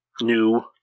new